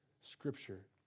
scripture